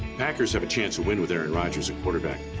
packers have a chance at winning with aaron rodgers at quarterback.